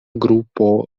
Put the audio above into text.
grupo